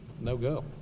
no-go